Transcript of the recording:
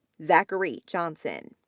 zachary johnson,